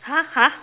!huh! !huh!